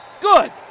Good